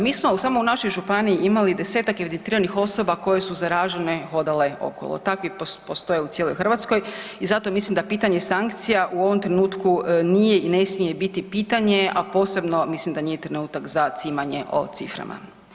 Mi smo samo u našoj županiji imali 10-tak evidentiranih osoba koje su zaražene hodale okolo, takvi postoje u cijeloj Hrvatskoj i zato mislim da pitanje sankcija u ovom trenutku nije i ne smije biti pitanje, a posebno mislim da nije trenutak za cimanje o ciframa.